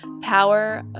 Power